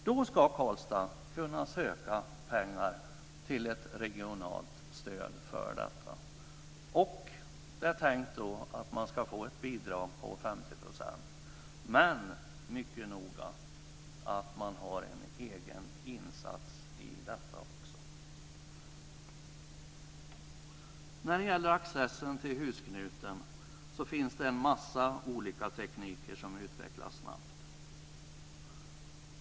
Då ska Karlstad kunna söka pengar till ett regionalt stöd för detta. Det är tänkt att man ska få ett bidrag på 50 %, men det är mycket noga att man också har en egen insats i detta. När det gäller accessen till husknuten finns det en massa olika tekniker som utvecklas snabbt.